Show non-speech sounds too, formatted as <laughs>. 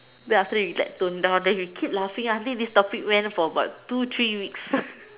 then after that you like tone down then you keep laughing until this topic went for about two three weeks <laughs>